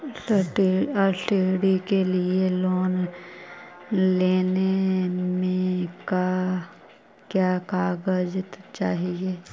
Study के लिये loan लेने मे का क्या कागजात चहोये?